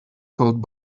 called